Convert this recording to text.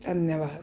ਧੰਨਵਾਦ